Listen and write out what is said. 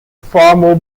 far